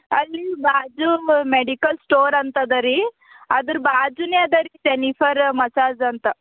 ಅಲ್ಲಿ ಬಾಜು medical store ಅಂತದರೀ ಅದರ ಬಾಜುನೇ ಅದಾರೀ ಜೆನಿಫರ್ರ ಮಸಾಜ್ ಅಂತ